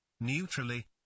Neutrally